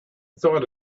thought